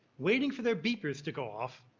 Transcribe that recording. waiting for their beepers to go off,